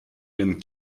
ihren